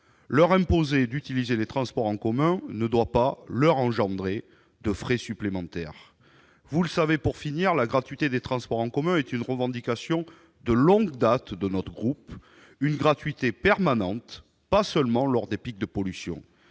Leur imposer d'utiliser les transports en commun ne doit pas engendrer de frais supplémentaires. Enfin, vous le savez, la gratuité des transports en commun est une revendication de longue date de notre groupe : cette gratuité doit être permanente, et pas seulement lors des pics de pollution.